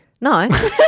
No